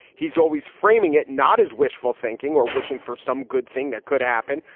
he's always framing it not as wishful thinking or wishing for some good thing that could happen,